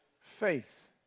faith